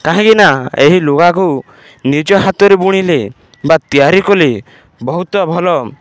କାହିଁକି ନା ଏହି ଲୁଗାକୁ ନିଜ ହାତରେ ବୁଣିଲେ ବା ତିଆରି କଲେ ବହୁତ ଭଲ